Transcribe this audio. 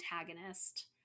antagonist